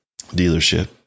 dealership